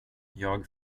jag